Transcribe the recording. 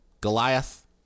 goliath